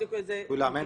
כולם.